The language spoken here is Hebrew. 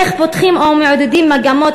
איך פותחים או מעודדים מגמות